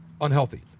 unhealthy